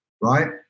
Right